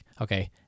okay